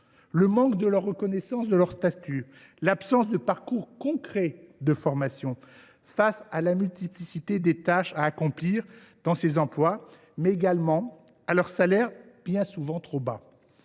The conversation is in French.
le manque de reconnaissance de leur statut, l’absence de parcours concret de formation face à la multiplicité des tâches à accomplir dans ces emplois, mais également leurs salaires, bien trop bas